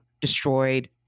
destroyed